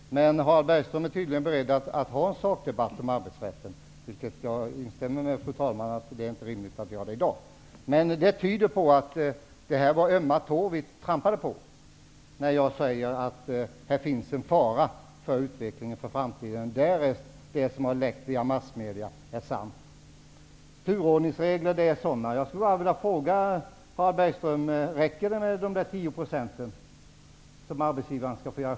Harald Bergström är tydligen beredd att föra en sakdebatt om arbetsrätten, men jag instämmer med fru talmannen i att det inte är rimligt att föra den debatten i dag. Harald Bergströms inlägg tyder dock på att det var ömma tår jag trampade på när jag sade att här finns en fara för utvecklingen inför framtiden, därest det som har läckt via massmedia är sant. som arbetsgivarna skall få avgöra själva, eller kan det bli mer?